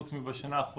חוץ מהשנה האחרונה,